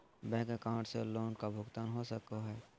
Bank account से loan का भुगतान हो सको हई?